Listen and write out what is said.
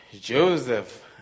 Joseph